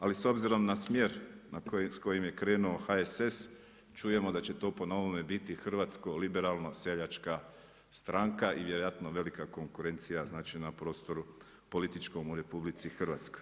Ali s obzirom na smjer kojim je krenuo HSS, čujemo da će to po novome biti hrvatsko-liberalno-seljačka stranka i vjerojatno velika konkurencija na prostoru političkom u RH.